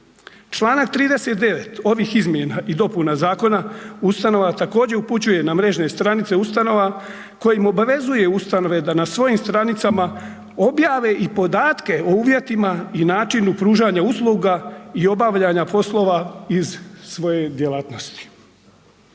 Članak 39. ovih izmjena i dopuna zakona ustanova također upućuje na mrežne stranice ustanova kojim obavezuje ustanove da na svojim stranicama objave i podatke o uvjetima i načinu pružanja usluga i obavljanja poslova iz svoje djelatnosti.